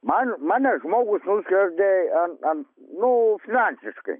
man mane žmogus nuskriaudė ant ant nu finansiškai